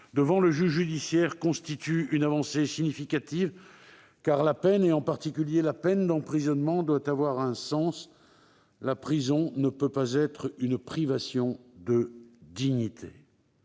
devant le juge judiciaire constitue une avancée significative, car la peine, en particulier la peine d'emprisonnement, doit avoir un sens. La prison ne peut pas être une privation de dignité.